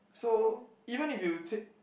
so even if you take